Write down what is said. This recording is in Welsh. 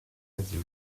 heddiw